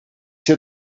zit